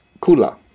Kula